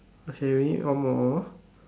okay we need one more